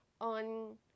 on